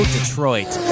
Detroit